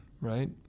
right